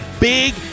big